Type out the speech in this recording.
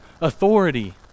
authority